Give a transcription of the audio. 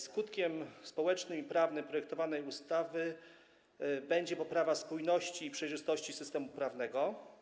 Skutkiem społecznym i prawnym projektowanej ustawy będzie poprawa spójności i przejrzystości systemu prawnego.